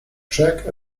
jack